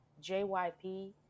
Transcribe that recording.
jyp